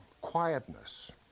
Quietness